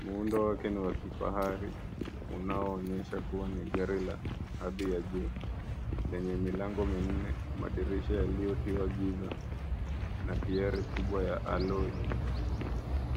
Muundo wake ni wakifahari unaoonyesha kuwa ni gari la hali ya juu lenye milango minne, madirisha yalikuwa giza na tairi kubwa ya alloy .